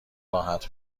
راحت